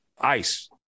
ice